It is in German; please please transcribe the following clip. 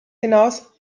hinaus